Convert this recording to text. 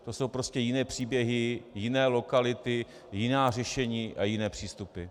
To jsou prostě jiné příběhy, jiné lokality, jiná řešení a jiné přístupy.